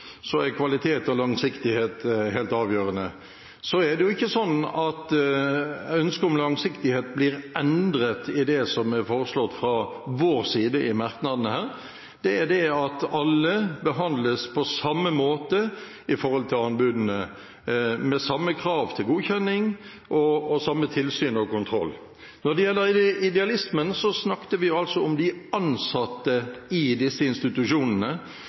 Så er det ikke sånn at ønsket om langsiktighet blir endret i det som er foreslått fra vår side i merknadene. Det er at alle behandles på samme måte i forbindelse med anbudene, med samme krav til godkjenning og samme tilsyn og kontroll. Når det gjelder idealisme, snakker vi om de ansatte i disse institusjonene,